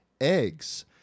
eggs